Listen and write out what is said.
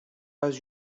pas